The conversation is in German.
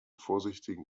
vorsichtigen